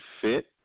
fit